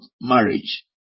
marriage